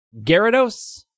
Gyarados